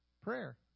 Prayer